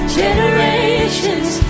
generations